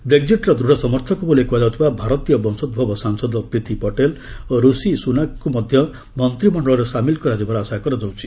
ବ୍ରେକ୍ଜିଟ୍ର ଦୃଢ଼ ସମର୍ଥକ ବୋଲି କୁହାଯାଉଥିବା ଭାରତୀୟ ବଂଶୋଭବ ସାଂସଦ ପ୍ରୀତି ପଟେଲ ଓ ଋଷି ସୁନାକ୍ଙ୍କୁ ମଧ୍ୟ ମନ୍ତ୍ରିମଣ୍ଡଳରେ ସାମିଲ କରାଯିବାର ଆଶା କରାଯାଉଛି